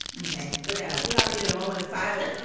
ok yeah we all needed a moment of silence.